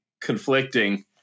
conflicting